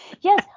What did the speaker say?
yes